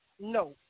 no